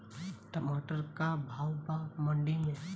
टमाटर का भाव बा मंडी मे?